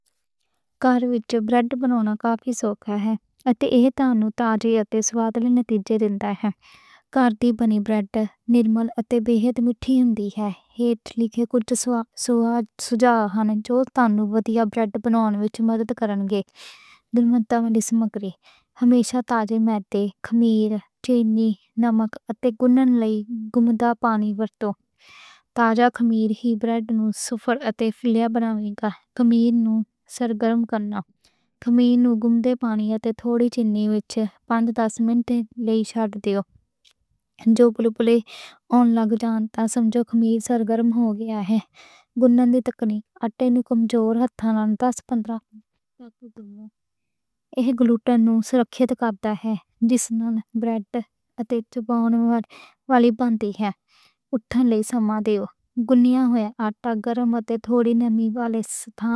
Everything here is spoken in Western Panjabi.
کار وِچ بریڈ بناؤݨ نوں کافی سوکھا ہے۔ اتے ایہ تہانوں تازہ اتے سوادلی نتیجے دِندا ہے۔ کار دی بنی بریڈ نرم اتے بہت مِٹھّی ہو جاندی ہے۔ ایہ لیجے کچھ سوہنے سجھاؤ جو تہانوں بریڈ بناؤݨ وِچ مدد کرنے گے۔ سامگری ہمیشہ تازہ رکھو تے خمِیر، چینی، نمک اتے گُندن لئی گُنگا پانی ورتو۔ تازہ خمِیر ہی بریڈ نوں سافٹ اتے فلفی بناؤندا ہے۔ خمِیر نوں سرگرم کرن لئی گُرم پانی اتے تھوڑی چینی وِچ پنج دس منٹ لئی چھڈ دیو۔ جدو بُلبُلے آن لگ جان، سمجھو خمِیر سرگرم ہو گیا ہے۔ گُندن دی تکنیک، آٹے نوں کمزور ہتھ ایہ گلوٹن نوں محفوظ رکھدا ہے۔ جس نال بریڈ چباؤن والی بنتی ہے۔ اٹھن دے سمے تے گُندا ہویا آٹا گُرم اتے تھوڑی دیر ریسٹ